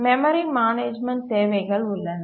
memory management தேவைகள் உள்ளன